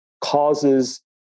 causes